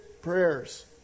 prayers